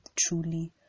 truly